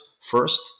first